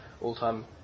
all-time